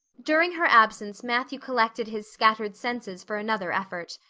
during her absence matthew collected his scattered senses for another effort.